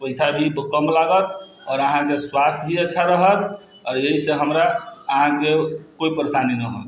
पैसा भी कम लागत आओर अहाँके स्वास्थ्य भी अच्छा रहत आओर यही सब हमरा अहाँके कोइ परेशानी नहि होयत